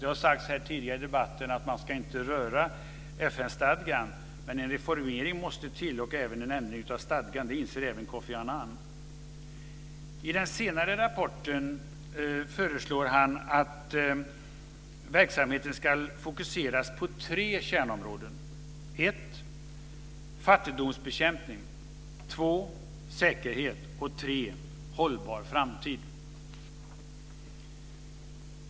Det har sagts här tidigare i debatten att man inte ska röra FN stadgan, men en reformering och även en ändring av stadgan måste till - det inser också Kofi Annan. I den senare rapporten föreslår han att verksamheten ska fokuseras på tre kärnområden, nämligen fattigdomsbekämpning, säkerhet och hållbar framtid.